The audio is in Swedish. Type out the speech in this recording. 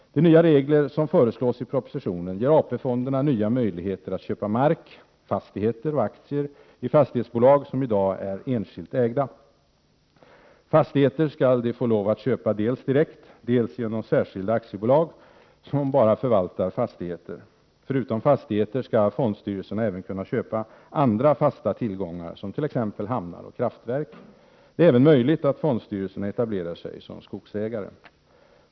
De nya regler som föreslås i propositionen ger AP-fonderna nya möjligheter att köpa mark, fastigheter och aktier i fastighetsbolag som i dag är enskilt ägda. Fastigheter skall fondstyrelserna få lov att köpa dels direkt, dels genom särskilda aktiebolag som bara förvaltar fastigheter. Förutom fastigheter skall fondstyrelserna även kunna köpa andra fasta tillgångar som t.ex. hamnar och kraftverk. Det är även möjligt att fondstyrelserna etablerar sig som skogsägare.